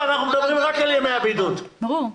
בסדר גמור.